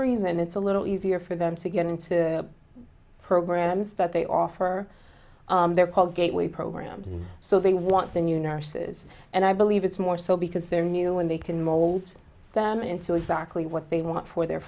then it's a little easier for them to get into the programs that they offer they're called gateway programs and so they want the new nurses and i believe it's more so because they're new and they can mold them into exactly what they want for their